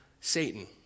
satan